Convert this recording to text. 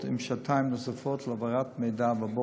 עם שעתיים נוספות להעברת מידע בבוקר.